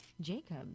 Jacob